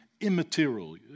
immaterial